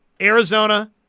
Arizona